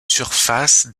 surface